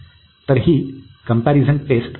तर ही comparison test 2 होती